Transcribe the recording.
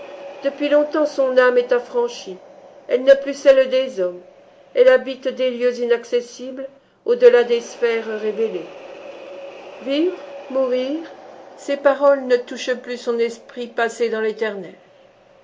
depuis longtemps son âme est affranchie elle n'est plus celle des hommes elle habite des lieux inaccessibles au delà des sphères révélées vivre mourir ces paroles ne touchent plus son esprit passé dans l'éternel